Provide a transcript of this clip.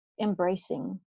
embracing